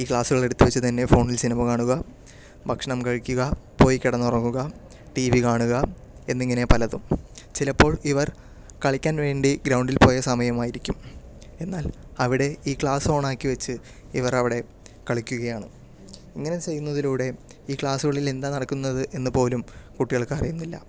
ഈ ക്ലാസുകൾ എടുത്ത് വെച്ച് തന്നെ ഫോണിൽ സിനിമ കാണുക ഭക്ഷണം കഴിക്കുക പോയി കിടന്നുറങ്ങുക ടി വി കാണുക എന്നിങ്ങനെ പലതും ചിലപ്പോൾ ഇവർ കളിക്കാൻ വേണ്ടി ഗ്രൗണ്ടിൽ പോയ സമയമായിരിക്കും എന്നാലും അവിടെ ഈ ക്ലാസ് ഓണാക്കി വെച്ച് ഇവർ അവിടെ കളിക്കുകയാണ് ഇങ്ങനെ ചെയ്യുന്നതിലൂടെ ഈ ക്ലാസുകളിൽ എന്താ നടക്കുന്നത് എന്ന് പോലും കുട്ടികൾക്കറിയുന്നില്ല